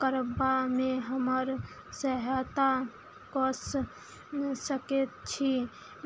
करबामे हमर सहायता कऽ सकैत छी